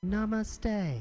Namaste